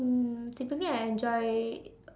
mm typically I enjoy